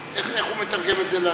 איך הוא מתרגם את זה לאנגלית?